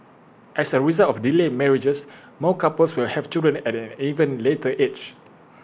as A result of delayed marriages more couples will have children at an even later age